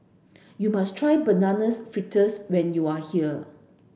you must try bananas fritters when you are here